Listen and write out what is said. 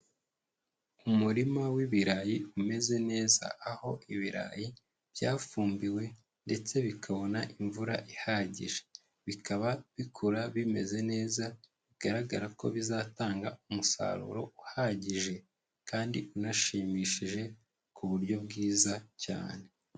Umurima w'ibirayi umeze neza, aho ibirayi byafumbiwe ndetse bikabona imvura ihagije. Bikaba bikura bimeze neza, bigaragara ko bizatanga umusaruro uhagije kandi unashimishije ku buryo bwiza cyane.